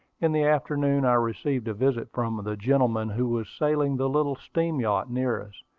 in the afternoon i received a visit from the gentleman who was sailing the little steam-yacht near us.